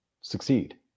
succeed